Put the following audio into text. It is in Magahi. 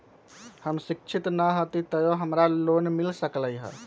हम शिक्षित न हाति तयो हमरा लोन मिल सकलई ह?